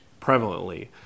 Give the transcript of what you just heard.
prevalently